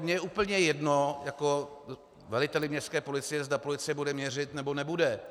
Mně je úplně jedno jako veliteli městské policie, zda policie bude měřit, nebo nebude.